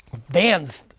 vans,